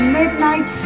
midnight